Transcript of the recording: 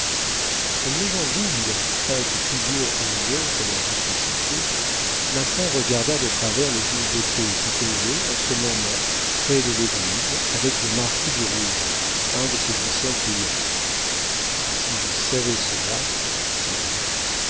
comme les gens doubles prêtent toujours aux autres leur duplicité massin regarda de travers le juge de paix qui causait en ce moment près de l'église avec le marquis du rouvre un de ses anciens clients si je savais cela dit-il